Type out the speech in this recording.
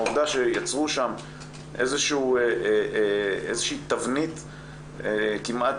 העובדה שיצרו שם איזה שהיא תבנית כמעט